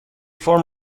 فرم